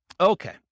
Okay